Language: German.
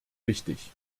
wichtig